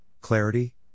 clarity